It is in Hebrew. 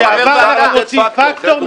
לשעבר אנחנו רוצים פקטור,